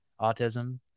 autism